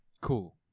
Cool